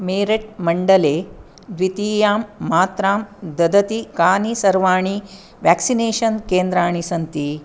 मेरठ् मण्डले द्वितीयां मात्रां ददति कानि सर्वाणि व्याक्सिनेषन् केन्द्राणि सन्ति